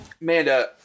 Amanda